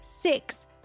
six